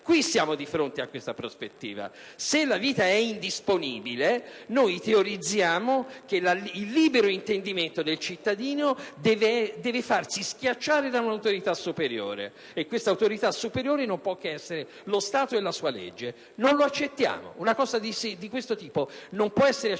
Siamo di fronte a tale prospettiva. Se la vita è indisponibile, noi teorizziamo che il libero intendimento del cittadino deve farsi schiacciare da un'autorità superiore e questa non può essere che quella dello Stato e della sua legge. Non lo accettiamo. Una norma di questo tipo non può essere accettata